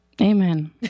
Amen